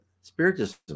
spiritism